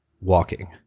walking